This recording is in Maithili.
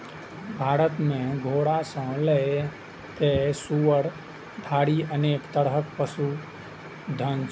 भारत मे घोड़ा सं लए कए सुअर धरि अनेक तरहक पशुधन छै